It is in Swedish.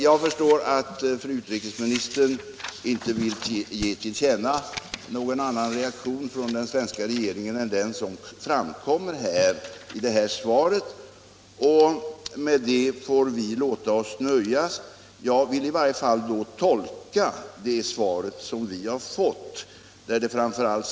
Jag förstår att fru utrikesministern inte vill ge till känna någon annan reaktion från den svenska regeringen än den som framkommit i svaret, Om åtgärder för att sprida kännedom om slutdokumentet från Helsingforskonferensen för fred och säkerhet i Europa och med detta får vi låta oss nöja.